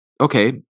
Okay